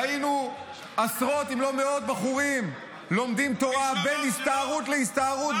ראינו עשרות אם לא מאות בחורים לומדים תורה בין הסתערות להסתערות,